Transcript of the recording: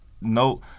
no